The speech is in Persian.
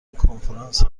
کنفرانس